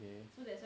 okay